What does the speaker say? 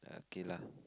okay lah